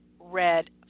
red